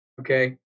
okay